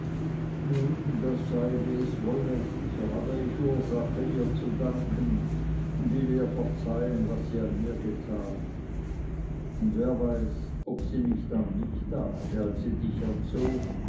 nun sei das wie es wolle so habe ich ursache ihr zu danken und will ihr verzeihen was sie an mir getan und wer weiß ob sie nicht an mich dachte als sie dich erzog